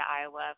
Iowa